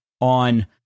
on